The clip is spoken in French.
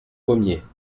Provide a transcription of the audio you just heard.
pommiers